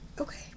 okay